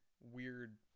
weird